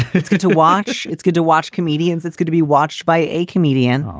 it's good to watch. it's good to watch comedians. it's good to be watched by a comedian. oh,